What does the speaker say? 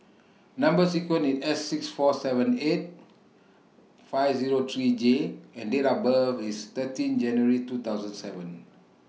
Number sequence IS S six four seven eight five Zero three J and Date of birth IS thirteen January two thousand and seven